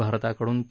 भारताकडून के